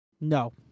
No